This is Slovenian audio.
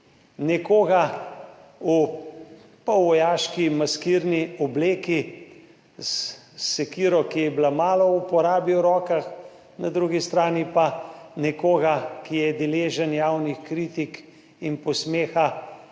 nekoga v polvojaški maskirni obleki s sekiro v rokah, ki je bila malo v uporabi, na drugi strani pa nekoga, ki je deležen javnih kritik in posmeha,